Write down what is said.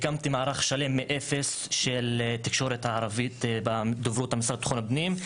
הקמתי מערך שלם מאפס של התקשורת הערבית בדוברות המשרד לביטחון פנים.